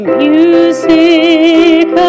music